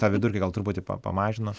tą vidurkį gal truputį pamažinu